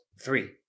three